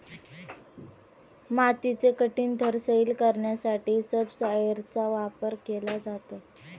मातीचे कठीण थर सैल करण्यासाठी सबसॉयलरचा वापर केला जातो